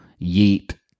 yeet